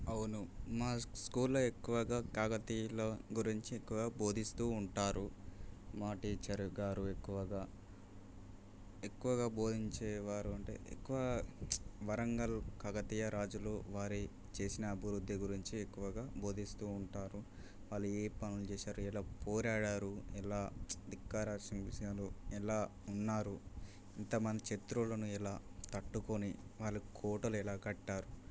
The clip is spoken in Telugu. అవును మా స్కూల్లో ఎక్కువగా కాకతీయుల గురించి ఎక్కువగా బోధిస్తూ ఉంటారు మా టీచర్ గారు ఎక్కువగా ఎక్కువగా బోధించేవారు అంటే ఎక్కువ వరంగల్ కాకతీయ రాజులు వారి చేసిన అభివృద్ధి గురించి ఎక్కువగా బోధిస్తూ ఉంటారు వారు ఏ పనులు చేశారు ఎలా పోరాడారు ఇలా ఎలా ఉన్నారు ఇంత మంది శత్రువులను ఎలా తట్టుకొని వాళ్ళ కోటలు ఎలా కట్టారు